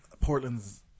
Portland's